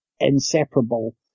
inseparable